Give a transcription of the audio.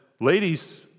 ladies